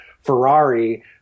Ferrari